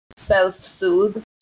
self-soothe